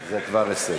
זה כבר הישג.